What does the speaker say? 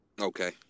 Okay